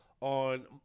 on